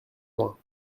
loin